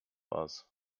aus